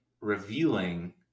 revealing